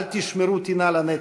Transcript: אל תשמרו טינה לנצח.